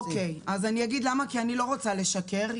אני אגיד למה, כי אני לא רוצה לשקר.